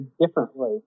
differently